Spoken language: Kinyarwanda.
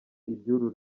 iby’uru